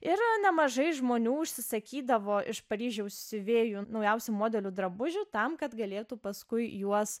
ir nemažai žmonių užsisakydavo iš paryžiaus siuvėjų naujausių modelių drabužių tam kad galėtų paskui juos